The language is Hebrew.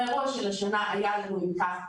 באירוע של השנה היה לנו אם כך,